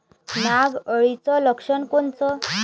नाग अळीचं लक्षण कोनचं?